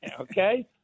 Okay